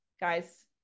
guys